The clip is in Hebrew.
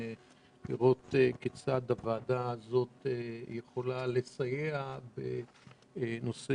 הוועדה תראה כיצד היא יכולה לסייע בנושא